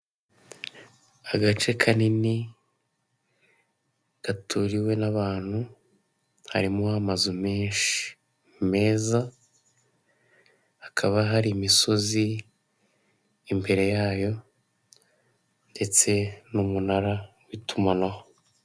Agace kanini gaturiwe n'abantu harimo amazu menshi meza, hakaba hari imisozi imbere yayo ndetse n'umunara w'itumanaho.